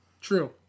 True